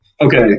okay